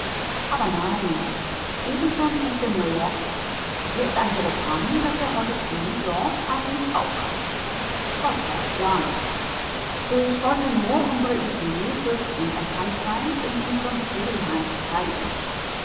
aber nein stefenson ist in milwaukee hier ist ein telegramm das er heute früh dort an mich aufgab gott sei dank ich wollte nur unsere idee des unerkanntseins in unserem ferienheim verteidigen